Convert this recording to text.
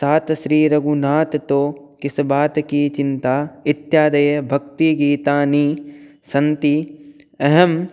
सात् स्री रघुनाथ् तो किस् बात् की चिन्ता इत्यादयः भक्तिगीतानि सन्ति अहं